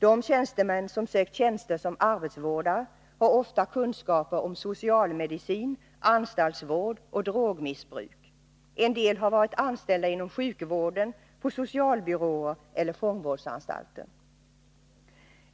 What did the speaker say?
De tjänstemän som sökt tjänster som arbetsvårdare har ofta kunskaper om socialmedicin, anstaltsvård och drogmissbruk. En del har varit anställda inom sjukvården, på socialbyråer eller fångvårdsanstalter.